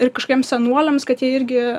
ir kažkokiem senuoliams kad jie irgi